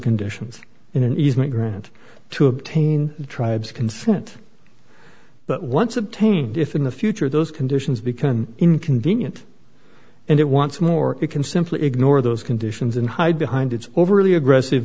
conditions in an easement grant to obtain tribes consent but once obtained if in the future those conditions become inconvenient and it wants more it can simply ignore those conditions and hide behind its overly aggressive